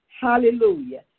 Hallelujah